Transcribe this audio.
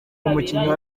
umukinnyi